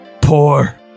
Poor